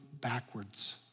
backwards